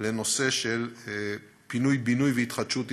בנושא של פינוי-בינוי והתחדשות עירונית.